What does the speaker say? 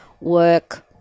work